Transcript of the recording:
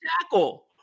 tackle